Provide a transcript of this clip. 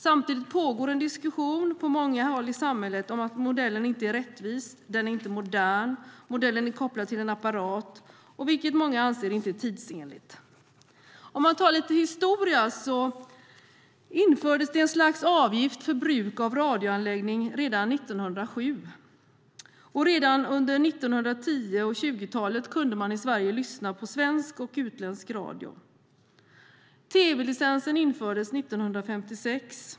Samtidigt pågår en diskussion på många håll i samhället om att modellen inte är rättvis, att den inte är modern och att den är kopplad till en apparat. Det är något som många anser inte är tidsenligt. Jag ska redovisa lite historia. Det infördes ett slags avgift för bruk av radioanläggning redan 1907. Redan under 1910 och 1920-talet kunde man i Sverige lyssna på svensk och utländsk radio. Tv-licensen infördes 1956.